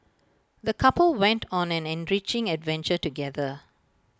the couple went on an enriching adventure together